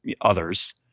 others